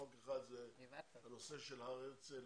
חוק אחד זה הנושא של הר הרצל